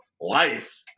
life